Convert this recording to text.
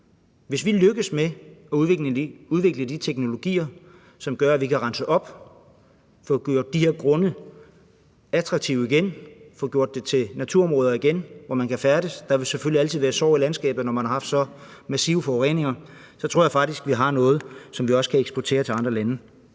Hvis vi lykkes med at udvikle de teknologier, som gør, at vi kan rense op, få gjort de her grunde attraktive igen og få gjort dem til naturområder igen, hvor man kan færdes – der vil selvfølgelig altid være sår i landskabet, når man har haft så massive forureninger – så tror jeg faktisk også, vi har noget, som vi kan eksportere til andre lande.